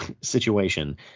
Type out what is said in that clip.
situation